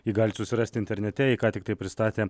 jį galit susirast internete jį ką tiktai pristatė